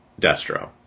Destro